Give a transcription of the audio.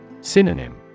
Synonym